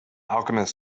alchemist